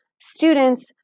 students